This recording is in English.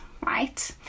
right